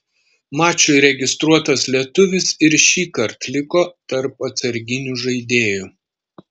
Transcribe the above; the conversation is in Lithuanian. mačui registruotas lietuvis ir šįkart liko tarp atsarginių žaidėjų